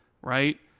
right